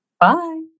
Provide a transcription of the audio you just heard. Bye